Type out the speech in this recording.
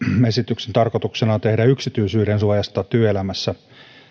esityksen tarkoituksena on tehdä yksityisyydensuojasta työelämässä